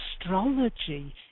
astrology